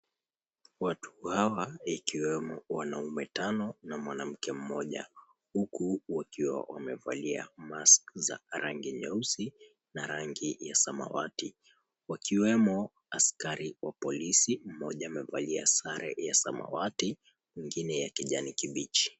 Watu hawa, ikiwemo wanaume tano na mwanamke mmoja. Huku wakiwa wamevalia mask za rangi nyeusi na rangi ya samawati. Wakiwemo askari wa polisi, mmoja amevalia sare ya samawati, mwingine ya kijani kibichi.